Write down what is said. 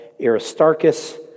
Aristarchus